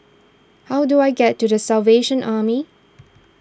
how do I get to the Salvation Army